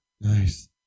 Nice